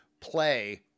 play